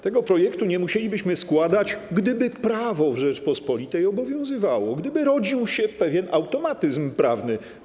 Tego projektu nie musielibyśmy składać, gdyby prawo w Rzeczypospolitej obowiązywało, gdyby rodził się pewien automatyzm prawny.